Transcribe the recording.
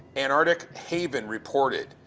antarctic haven reported,